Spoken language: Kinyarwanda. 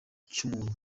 cy’umuntu